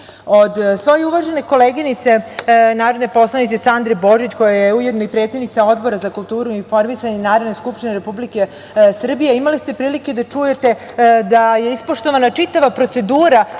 moje uvažene koleginice, narodne poslanice, Sandre Božić koja je ujedno i predsednica Odbora za kulturu i informisanje Narodne skupštine Republike Srbije, imali ste prilike da čujete da je ispoštovana čitava procedura